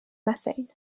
methane